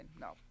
No